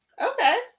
Okay